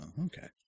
okay